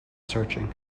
searching